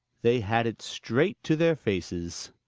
they had it straight to their faces.